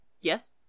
Yes